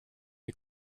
est